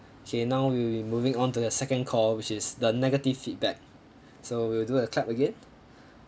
okay now we''ll be moving on to the second call which is the negative feedback so we'll do a clap again